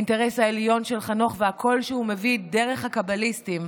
האינטרס העליון של חנוך והקול שהוא מביא דרך הקביליסטים,